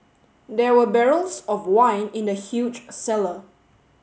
there were barrels of wine in the huge cellar